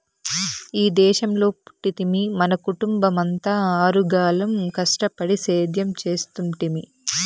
ఈ దేశంలో పుట్టితిమి మన కుటుంబమంతా ఆరుగాలం కష్టపడి సేద్యం చేస్తుంటిమి